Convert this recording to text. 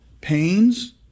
Pains